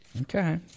Okay